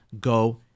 go